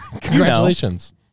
Congratulations